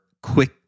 quick